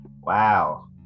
Wow